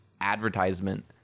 advertisement